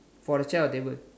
for the chair or table